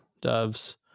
doves